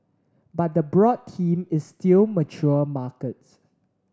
but the broad theme is still mature markets